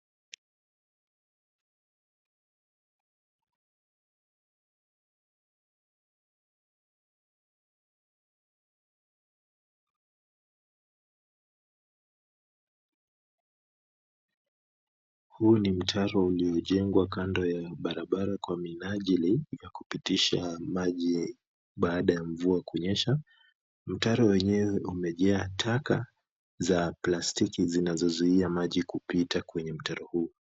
Huu ni mtaro uliojengwa kando ya barabara kwa minajili, ya kupitisha maji baada ya mvua kunyesha. Mtaro wenyewe umejaa taka za plastiki zinazozuia maji kupita kwenye mtaro huo.